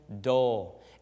dull